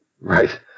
Right